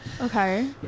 Okay